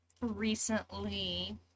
recently